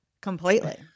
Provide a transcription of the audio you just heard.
Completely